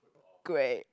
great